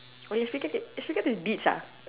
!wah! your speaker can your speaker is beats ah